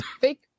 fake